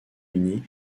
uni